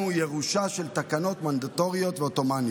ירושה של תקנות מנדטוריות ועות'מאניות.